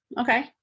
Okay